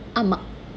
ஆமா:aamaa